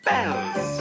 Bells